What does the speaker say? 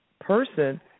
person